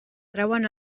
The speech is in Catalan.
trauen